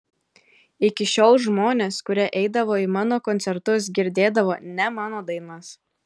iki šiol žmonės kurie eidavo į mano koncertus girdėdavo ne mano dainas